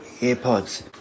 AirPods